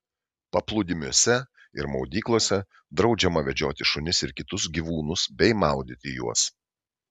paplūdimiuose ir maudyklose draudžiama vedžioti šunis ir kitus gyvūnus bei maudyti juos